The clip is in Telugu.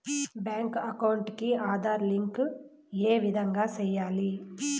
బ్యాంకు అకౌంట్ కి ఆధార్ లింకు ఏ విధంగా సెయ్యాలి?